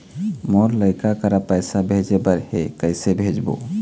मोर लइका करा पैसा भेजें बर हे, कइसे भेजबो?